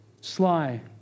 sly